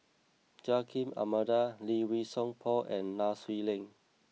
Joaquim Almeida Lee Wei Song Paul and Nai Swee Leng